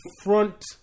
front